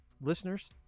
listeners